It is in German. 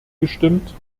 gestimmt